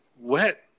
wet